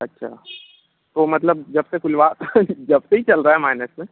अच्छा तो मतलब जब से खुलवा जब से ही चल रहा है माइनस में